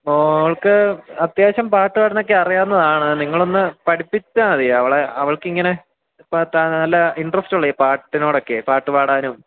മകൾക്ക് അത്യാവശ്യം പാട്ടുപാടാനൊക്കെ അറിയാവുന്നതാണ് നിങ്ങളൊന്ന് പഠിപ്പിച്ചാൽമതി അവളെ അവൾക്കിങ്ങനെ ഇപ്പോൾ നല്ല ഇൻട്രസ്റ്റ് ഉണ്ട് ഈ പാട്ടിനോടൊക്കെയേ പാട്ടുപാടാനും